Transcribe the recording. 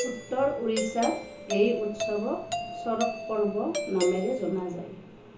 উত্তৰ উৰিষ্যাত এই উৎসৱক চড়ক পৰ্ব নামেৰে জনা যায়